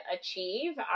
achieve